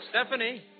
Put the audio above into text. Stephanie